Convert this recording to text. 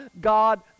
God